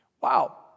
Wow